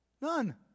None